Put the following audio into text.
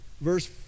verse